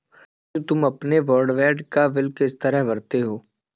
राजू तुम अपने ब्रॉडबैंड का बिल किस तरह भरते हो